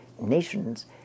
nations